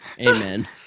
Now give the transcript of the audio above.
Amen